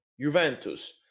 juventus